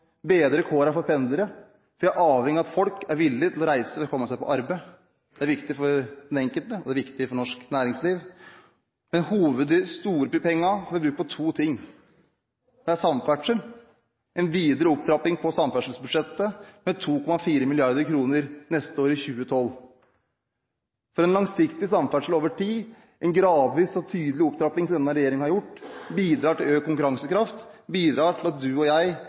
bedre kårene for pendlere, for vi er avhengige av at folk er villig til å reise og komme seg på arbeid. Det er viktig for den enkelte og viktig for norsk næringsliv. Men de store pengene blir brukt på to ting. Det ene er en videre opptrapping av samferdselsbudsjettet med 2,4 mrd. kr neste år, i 2012. Langsiktig satsing på samferdsel over tid, med gradvis og tydelig opptrapping, som denne regjeringen har gjort, bidrar til økt konkurransekraft. Det bidrar til at du og jeg